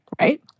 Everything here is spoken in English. Right